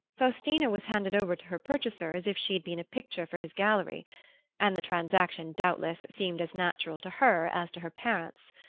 faustina was handed over to her purchaser as if she had been a picture for his gallery and the transaction doubtless seemed as natural to her as to her parents.